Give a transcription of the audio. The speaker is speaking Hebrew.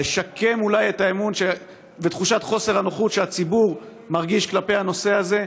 ולשקם אולי את האמון ותחושת חוסר הנוחות שהציבור מרגיש כלפי הנושא הזה,